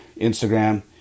Instagram